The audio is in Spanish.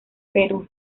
perú